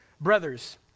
brothers